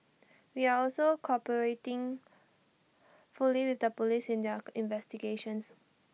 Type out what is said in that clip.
we are also cooperating fully with the Police in their investigations